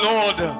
Lord